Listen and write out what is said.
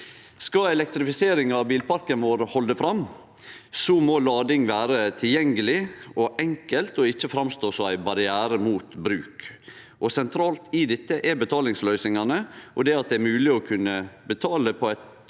Skal elektrifiseringa av bilparken vår halde fram, må lading vere tilgjengeleg og enkelt og ikkje framstå som ein barriere mot bruk. Sentralt i dette er betalingsløysingane, og at det er mogleg å kunne betale på eit